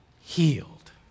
healed